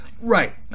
Right